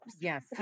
Yes